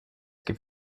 gibt